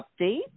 update